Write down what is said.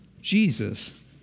Jesus